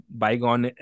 bygone